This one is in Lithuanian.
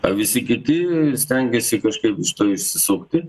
a visi kiti stengiasi kažkaip išsisukti